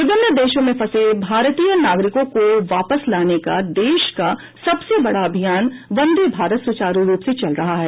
विभिन्न देशों में फंसे भारतीय नागरिकों को वापस लाने का विश्व का सबसे बड़ा अभियान वंदे भारत सुचारू रूप से चल रहा है